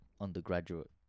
undergraduate